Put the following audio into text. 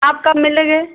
आप कब मिलेंगे